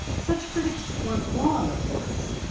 such critics weren't wrong, of course.